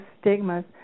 stigmas